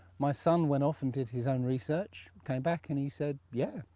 my son went off and did his own research, came back and he said, yeah,